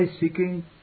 seeking